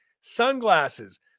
sunglasses